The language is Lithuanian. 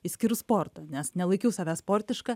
išskyrus sportą nes nelaikiau savęs sportiška